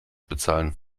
bezahlen